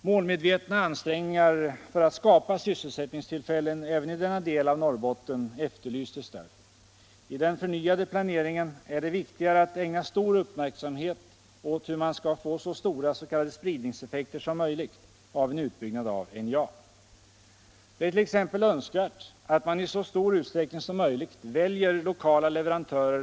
Målmedvetna ansträngningar för att skapa sysselsättningstillfällen även i denna del av Norrbotten efterlystes därför. I den förnyade planeringen är det viktigt att ägna mycken uppmärksamhet åt hur man skall få så stora s.k. spridningseffekter som möjligt av en Det är t.ex. önskvärt att man i så stor utsträckning som möjligt väljer lokala leverantörer.